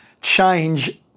change